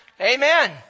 Amen